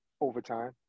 overtime